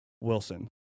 Wilson